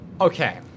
Okay